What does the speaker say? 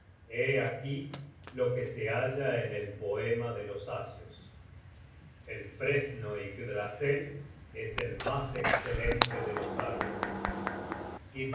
aquí lo que se halla en el poema de los asios el fresno yggdrasel es el mas escelente de los árboles